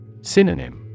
Synonym